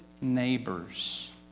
neighbors